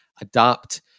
adapt